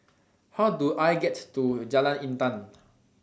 How Do I get to Jalan Intan